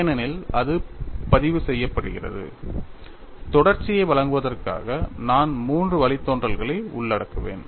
ஏனெனில் அது பதிவு செய்யப்படுகிறது தொடர்ச்சியை வழங்குவதற்காக நான் மூன்று வழித்தோன்றல்களை உள்ளடக்குவேன்